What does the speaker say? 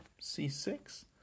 c6